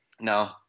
no